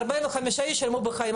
45 אנשים שילמו בחיים.